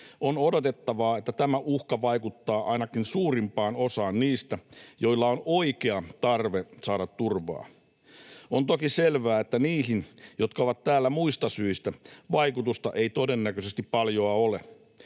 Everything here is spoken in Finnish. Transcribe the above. on odotettavaa, että tämä uhka vaikuttaa ainakin suurimpaan osaan niistä, joilla on oikea tarve saada turvaa. On toki selvää, että niihin, jotka ovat täällä muista syistä, vaikutusta ei todennäköisesti paljoa ole,